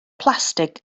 plastig